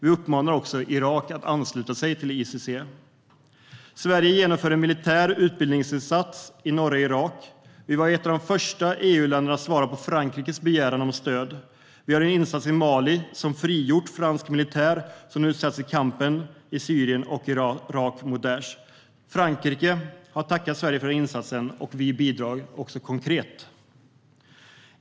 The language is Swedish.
Vi uppmanar också Irak att ansluta sig till ICC. Sverige genomför en militär utbildningsinsats i norra Irak. Vi var ett av de första EU-länderna att svara på Frankrikes begäran om stöd. Vi har en insats i Mali som har frigjort fransk militär, som nu sätts in i kampen mot Daish i Syrien och Irak. Frankrike har tackat Sverige för den insatsen. Vi bidrar också konkret.